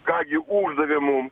ką gi uždavė mum